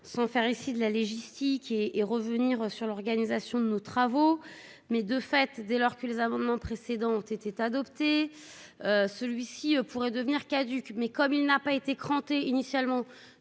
Sans faire ici de la légitime qui et et revenir sur l'organisation de nos travaux, mais de fait, dès lors que les amendements précédents ont été adoptés, celui-ci pourrait devenir caduque, mais comme il n'a pas été cranté initialement